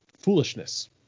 foolishness